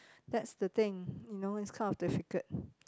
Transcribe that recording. that's the thing you know it's kind of difficult